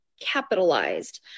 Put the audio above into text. capitalized